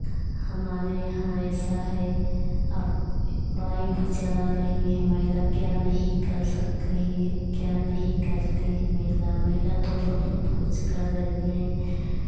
हमारे यहाँ ऐसा है अब बाइक भी चला रही हैं महिला क्या नहीं कर सक रही हैं क्या नहीं करती हैं महिला महिला तो बहुत कुछ कर रही हैं